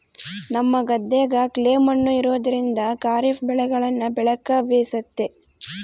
ನಮ್ಮ ಗದ್ದೆಗ ಕ್ಲೇ ಮಣ್ಣು ಇರೋದ್ರಿಂದ ಖಾರಿಫ್ ಬೆಳೆಗಳನ್ನ ಬೆಳೆಕ ಬೇಸತೆ